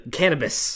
cannabis